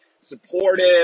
supportive